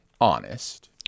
honest